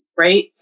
Right